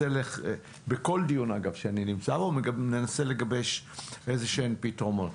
בכל דיון שאני נמצא בו אני מנסה לגבש איזשהם פתרונות.